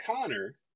Connor